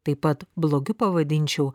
taip pat blogiu pavadinčiau